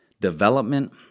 development